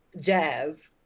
Jazz